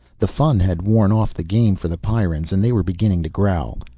the fun had worn off the game for the pyrrans and they were beginning to growl.